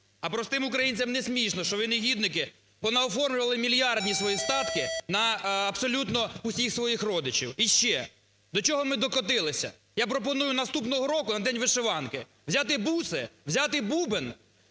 А простим українцям не смішно, що ви, негідники, понаоформлювали мільярдні свої статки на абсолютно всіх своїх родичів. І ще, до чого ми докотилися? Я пропоную наступного року на "День вишиванки" взяти буси, взяти бубен,